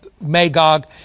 Magog